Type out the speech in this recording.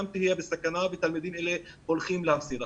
גם תהיה בסכנה ותלמידים אלה הולכים להפסיד.